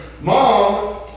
Mom